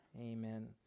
Amen